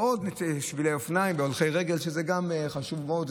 ועוד שבילי אופניים והולכי רגל, שזה גם חשוב מאוד.